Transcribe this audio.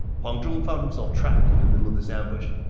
huang zhong found himself trapped in the middle of this ambush.